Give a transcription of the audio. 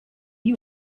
you